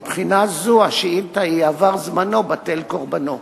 מבחינה זו השאילתא היא "עבר זמנו בטל קורבנו".